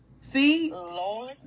see